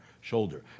shoulder